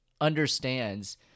understands